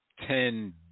ten